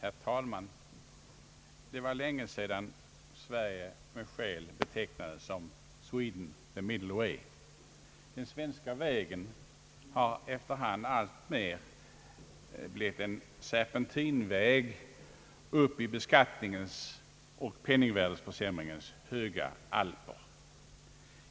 Herr talman! Det var länge sedan Sverige med skäl betecknades som Sweden the middle way. Den svenska vägen har efter hand alltmer blivit en serpentinväg upp i beskattningens och penningvärdeförsämringens höga alper.